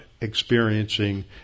experiencing